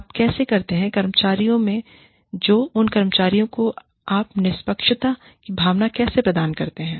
आप कैसे करते हैं कर्मचारियों में जो हैं उन कर्मचारियों में आप निष्पक्षता की भावना कैसे पैदा करें करते हैं